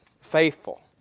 faithful